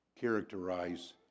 Characterize